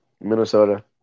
Minnesota